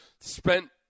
spent